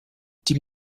die